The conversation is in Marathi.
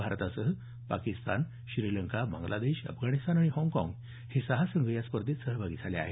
भारतासह पाकिस्तान श्रीलंका बांग्लादेश अफगाणिस्तान आणि हाँगकाँग हे सहा संघ या स्पर्धेत सहभागी झाले आहेत